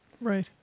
Right